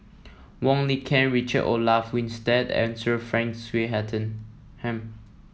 Wong Lin Ken Richard Olaf Winstedt and Sir Frank Swettenham